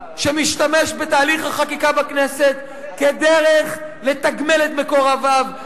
שמשתמש בתהליך החקיקה בכנסת כדרך לתגמל את מקורביו,